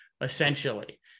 essentially